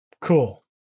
Cool